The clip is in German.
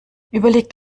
überlegt